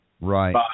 Right